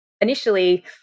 initially